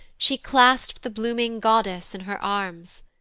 she clasp'd the blooming goddess in her arms.